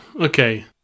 okay